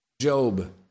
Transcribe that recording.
Job